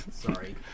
Sorry